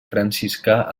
franciscà